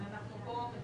מציגים